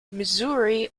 missouri